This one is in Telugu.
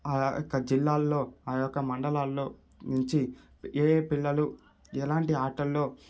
ఆ యొక్క జిల్లాల్లో ఆ యొక్క మండలాల్లో నుంచి ఏయే పిల్లలు ఎలాంటి ఆటలలో